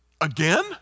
Again